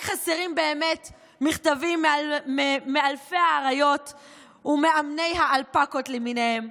רק חסרים באמת מכתבים ממאלפי אריות ומאמני האלפקות למיניהם,